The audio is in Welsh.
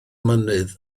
mynydd